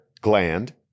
gland